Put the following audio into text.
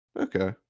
okay